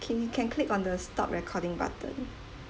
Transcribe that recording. okay you can click on the stop recording button